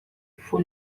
for